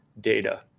data